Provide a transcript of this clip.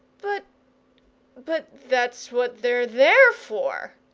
but but that's what they're there for,